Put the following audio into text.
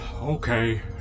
Okay